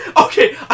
Okay